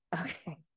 Okay